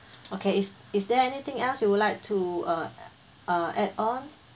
okay is is there anything else you would like to uh uh add on